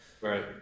right